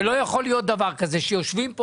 שלא יכול להיות דבר כזה שיושבים פה